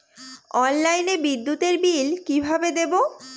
অনলাইনে বিদ্যুতের বিল কিভাবে দেব?